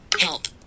help